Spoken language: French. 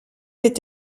est